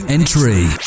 Entry